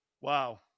wow